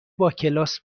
باکلاس